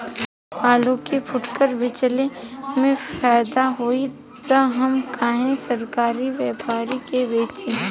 आलू के फूटकर बेंचले मे फैदा होई त हम काहे सरकारी व्यपरी के बेंचि?